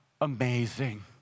amazing